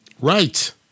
Right